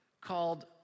called